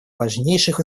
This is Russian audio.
важнейших